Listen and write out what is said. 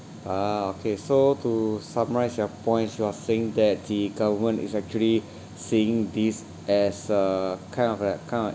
ah okay so to summarise your points you are saying that the government is actually seeing this as a kind of a kind of